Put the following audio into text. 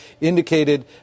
indicated